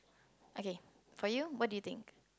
okay for you what do you think